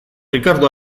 rikardo